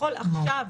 בכל צורה.